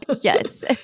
Yes